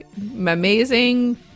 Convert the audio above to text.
Amazing